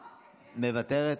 מוותרת?